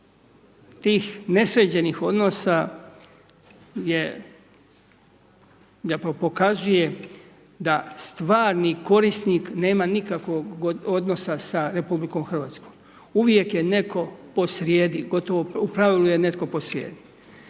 tih nesređenih odnosa je zapravo pokazuje da stvarni korisnik nema nikakvog odnosa sa RH, uvijek je netko posrijedi, gotovo u pravilu je netko posrijedi.